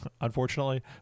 unfortunately